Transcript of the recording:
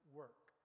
work